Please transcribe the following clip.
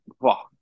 Wow